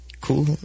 cool